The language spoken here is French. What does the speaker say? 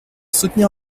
soutenir